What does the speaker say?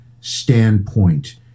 standpoint